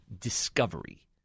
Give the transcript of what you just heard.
discovery